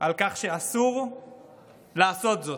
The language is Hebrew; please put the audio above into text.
על כך שאסור לעשות זאת.